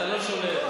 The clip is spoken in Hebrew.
אתה לא שולט.